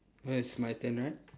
now is my turn right